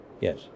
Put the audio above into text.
Yes